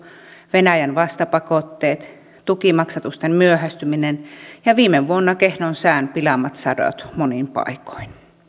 venäjän vastapakotteet tukimaksatusten myöhästyminen ja viime vuonna kehnon sään pilaamat sadot monin paikoin